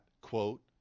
quote